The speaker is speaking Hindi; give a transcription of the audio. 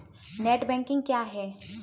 नेट बैंकिंग क्या है?